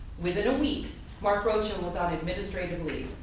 within a week mark rocha and was on administrative leave.